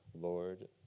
Lord